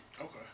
Okay